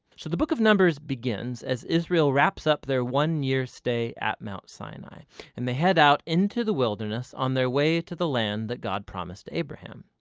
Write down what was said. so the book of numbers begins as israel wraps up their one-year stay at mount sinai and they head out into the wilderness on their way to the land that god promised to abraham.